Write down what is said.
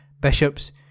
Bishops